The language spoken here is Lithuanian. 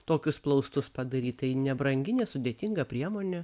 tokius plaustus padaryt tai nebrangi nesudėtinga priemonė